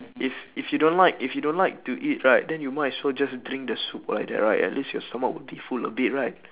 if if you don't like if you don't like to eat right then you might as well just drink the soup like that right at least your stomach will be full a bit right